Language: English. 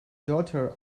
daughter